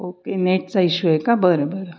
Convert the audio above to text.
okay नेटचा issue आहे का बरं बरं